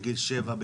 בגיל שבע,